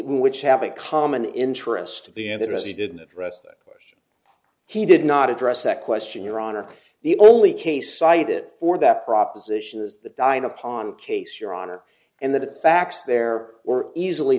which have a common interest to be added as he didn't address them he did not address that question your honor the only case cited for that proposition is the dine upon case your honor and the facts there were easily